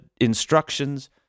instructions